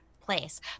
place